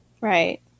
Right